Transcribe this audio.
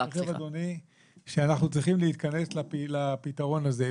לכן אנחנו צריכים להתכנס לפתרון הזה,